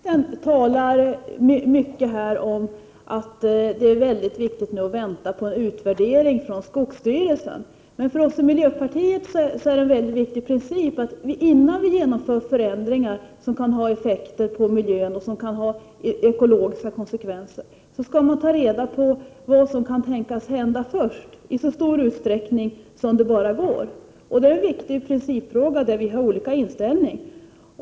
Fru talman! Jordbruksministern talar mycket om att det är viktigt att vänta på en utvärdering från skogsstyrelsen. För oss i miljöpartiet är det en mycket viktig princip att man, innan man genomför förändringar som kan ha effekter på miljön och som kan ha ekologiska konsekvenser, tar reda på vad som kan tänkas hända i så stor utsträckning som möjligt. Det är en viktig principfråga där vi har olika inställning.